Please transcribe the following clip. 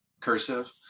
cursive